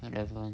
eleven